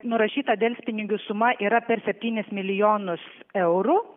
nurašyta delspinigių suma yra per septynis milijonus eurų